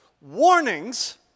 Warnings